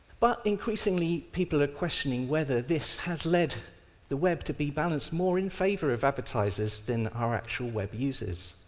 but increasingly, people are questioning whether this has led the web to be balanced more in favour of advertisers than our actual web users.